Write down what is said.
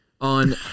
on